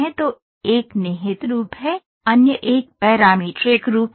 तो एक निहित रूप है अन्य एक पैरामीट्रिक रूप है